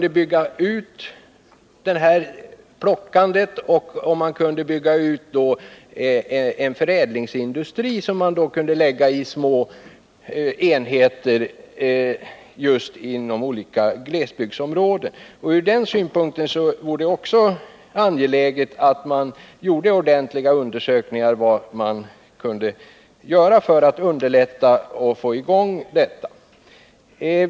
En sådan industri skulle kunna utgöras av små enheter förlagda inom olika glesbygdsområden. Från den synpunkten vore det också angeläget att man gjorde ordentliga undersökningar av vad man kan göra för att få i gång och för att underlätta sådan verksamhet.